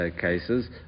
cases